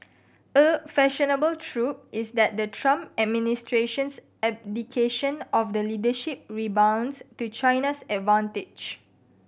a fashionable trope is that the Trump administration's abdication of the leadership rebounds to China's advantage